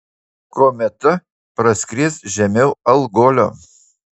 kometa praskries žemiau algolio